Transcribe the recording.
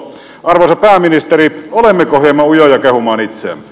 arvoisa pääministeri olemmeko hieman ujoja kehumaan itseämme